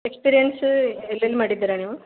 experience ಎಲ್ಲೆಲ್ಲಿ ಮಾಡಿದ್ದೀರ ನೀವು